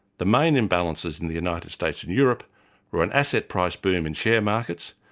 the main imbalances in the united states and europe were an asset price boom in share markets,